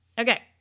Okay